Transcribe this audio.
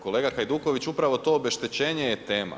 Kolega Hajduković, upravo to obeštećenje je tema.